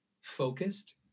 focused